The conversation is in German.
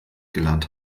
gelernt